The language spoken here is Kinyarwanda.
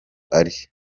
ari